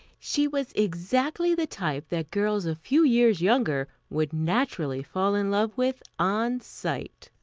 she was exactly the type that girls a few years younger would naturally fall in love with on sight.